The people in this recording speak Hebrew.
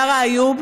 יארא איוב